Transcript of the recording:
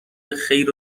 خیر